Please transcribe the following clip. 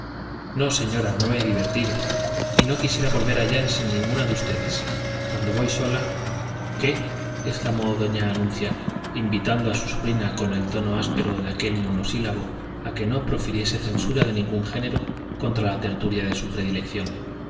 no señora no me he divertido y no quisiera volver allá sin alguna de ustedes cuando voy sola qué exclamó doña anuncia invitando a su sobrina con el tono áspero de aquel monosílabo a que no profiriese censura de ningún género contra la tertulia de su predilección